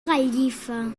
gallifa